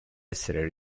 essere